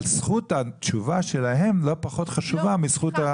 אבל זכות התשובה שלהם לא פחות חשובה מזכות הדיבור שלכם.